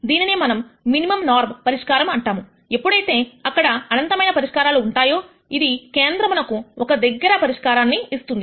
దీనినే మనం minimum norm పరిష్కారం అంటాము ఎప్పుడైతే అక్కడ అనంతమైన పరిష్కారాలు ఉంటాయో ఇది కేంద్రమునకు ఒక దగ్గర పరిష్కారం ఇస్తుంది